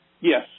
Yes